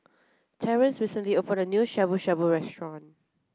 Terance recently opened a new Shabu shabu Restaurant